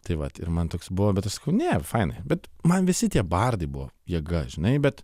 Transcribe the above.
tai vat ir man toks buvo bet aš sakiau ne fainai bet man visi tie bardai buvo jėga žinai bet